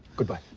good bye.